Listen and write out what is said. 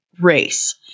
race